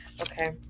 Okay